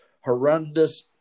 horrendous